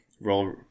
roll